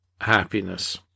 happiness